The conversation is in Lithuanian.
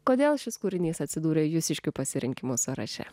kodėl šis kūrinys atsidūrė jūsiškių pasirinkimų sąraše